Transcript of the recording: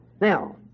Now